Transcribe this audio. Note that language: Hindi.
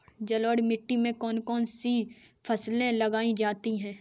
जलोढ़ मिट्टी में कौन कौन सी फसलें उगाई जाती हैं?